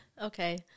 Okay